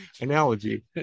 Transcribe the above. analogy